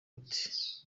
ati